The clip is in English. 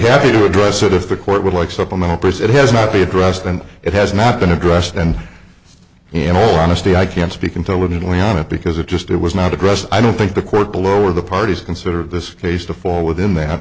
happy to address it if the court would like supplemental pers it has not been addressed and it has not been addressed and i am all honesty i can't speak intelligently on it because it just it was not addressed i don't think the court below or the parties consider this case to fall within th